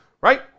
right